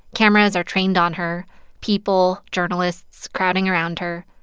cameras are trained on her people, journalists crowding around her.